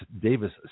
Davis